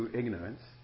ignorance